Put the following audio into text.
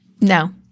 No